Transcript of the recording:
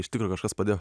iš tikro kažkas padėjo